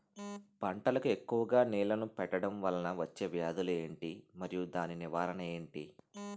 పంటలకు ఎక్కువుగా నీళ్లను పెట్టడం వలన వచ్చే వ్యాధులు ఏంటి? మరియు దాని నివారణ ఏంటి?